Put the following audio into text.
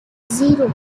zero